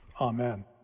Amen